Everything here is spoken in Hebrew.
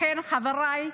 לכן, חבריי,